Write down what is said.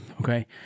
Okay